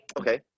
okay